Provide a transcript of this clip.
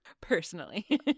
personally